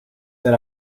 that